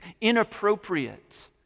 inappropriate